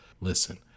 Listen